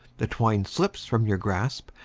the twine slips from your grasp,